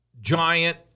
giant